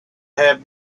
have